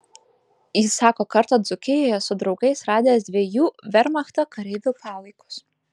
jis sako kartą dzūkijoje su draugais radęs dviejų vermachto kareivių palaikus